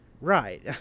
Right